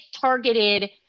targeted